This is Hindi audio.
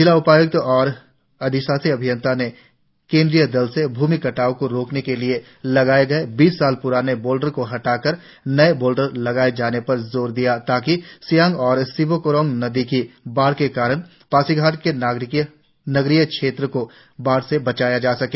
जिला उपायुक्त और अधिशासी अभियंता ने केंद्रीय दल से भूमि कटाव को रोकने के लिए लगाएं गए बीस साल प्राने बोल्डरों को हटाकर नए बोल्डर लगाएं जाने पर जोर दिया ताकि सियांग और सिबो कोरांग नदी की बाढ़ के कारण पासीघाट के नगरीय क्षेत्रों को बाढ़ से बचाया जा सके